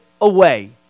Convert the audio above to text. away